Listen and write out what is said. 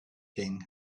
king